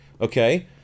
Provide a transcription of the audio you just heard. Okay